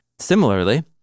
Similarly